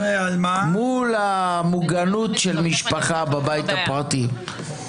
מול המוגנות של משפחה בבית הפרטי.